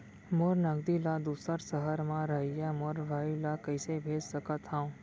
मोर नगदी ला दूसर सहर म रहइया मोर भाई ला कइसे भेज सकत हव?